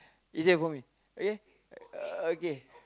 easier for me okay okay